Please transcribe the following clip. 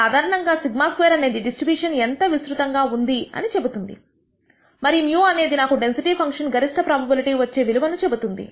సాధారణంగా σ2 అనేది డిస్ట్రిబ్యూషన్ ఎంత విస్తృతంగా ఉంది అని చెబుతుంది మరియు μ అనేది నాకు డెన్సిటీ ఫంక్షన్ గరిష్ట ప్రోబబిలిటీ వచ్చే విలువ ను చెబుతుంది